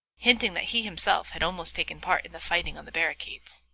hinting that he himself had almost taken part in the fighting on the barricades.